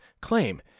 claim